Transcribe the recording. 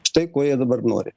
štai ko jie dabar nori